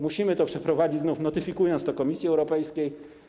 Musimy to przeprowadzić, notyfikując to w Komisji Europejskiej.